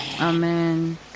Amen